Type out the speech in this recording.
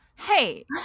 Hey